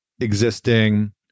existing